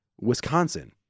Wisconsin